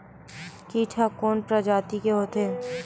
कीट ह कोन प्रजाति के होथे?